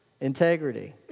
integrity